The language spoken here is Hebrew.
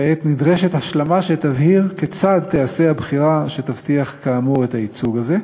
כעת נדרשת השלמה שתבהיר כיצד תיעשה הבחירה שתבטיח את הייצוג הזה.